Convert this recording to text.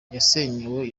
yasenyewe